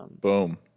boom